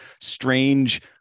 strange